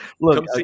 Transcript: look